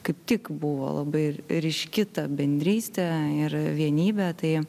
kaip tik buvo labai ryški ta bendrystė ir vienybė tai